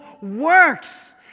works